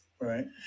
Right